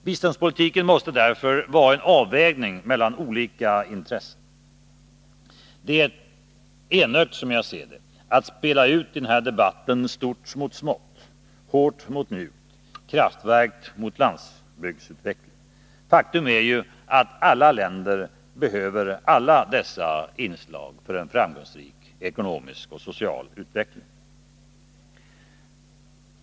Biståndspolitiken måste därför vara en avvägning mellan olika insatser. Det är enögt att spela ut stort mot smått, hårt mot mjukt, kraftverk mot landsbygdsutveckling. Faktum är ju att samtliga länder behöver alla dessa inslag för en framgångsrik ekonomisk och social utveckling.